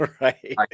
right